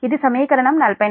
ఇది సమీకరణం 44